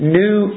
new